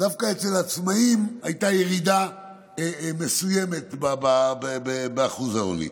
דווקא אצל עצמאים הייתה ירידה מסוימת באחוז העוני.